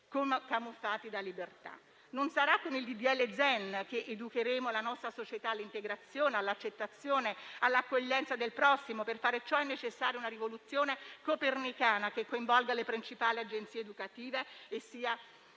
Non sarà con il disegno di legge Zan che educheremo la nostra società all'integrazione, all'accettazione e all'accoglienza del prossimo. Per far ciò è necessaria una rivoluzione copernicana, che coinvolga le principali agenzie educative e sia